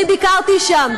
אני ביקרתי שם.